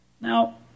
Now